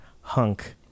Hunk